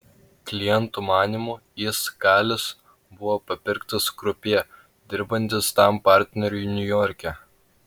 klientų manymu jis kalis buvo papirktas krupjė dirbantis tam partneriui niujorke